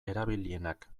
erabilienak